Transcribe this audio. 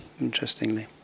interestingly